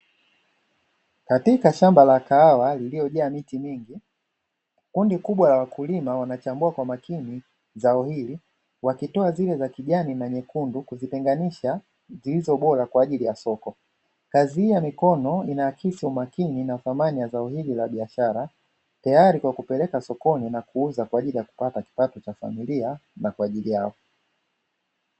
Katika shamba la kahawa lililojaa miti mingi, kundi kubwa la wakulima wanachambua kwa makini zao hili wakitoa zile za kijani na nyekundu kuzitenganisha zilizo bora kwa ajili ya soko. Kazi hii ya mikono inaakisi umakini na thamani ya zao hili la biashara, tayari kwa kupeleka sokoni kwa ajili ya kupata kipato cha familia na kwa ajili yao.